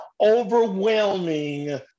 overwhelming